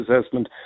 assessment